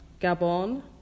Gabon